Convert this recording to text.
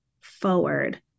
forward